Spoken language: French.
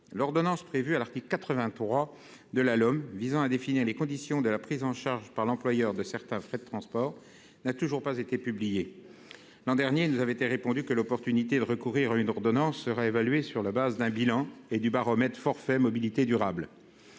l'ordonnance prévue à l'article 83 de la l'homme visant à définir les conditions de la prise en charge par l'employeur de certains frais de transport n'a toujours pas été publié l'an dernier nous avait été répondu que l'opportunité de recourir à une ordonnance sera évalué sur la base d'un bilan et du baromètre forfait mobilité durable,